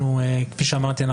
כפי שאמרתי,